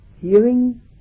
hearing